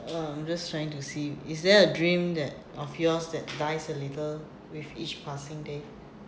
um I'm just trying to see is there a dream that of yours that dies a little with each passing day